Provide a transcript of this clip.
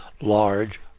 large